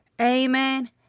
Amen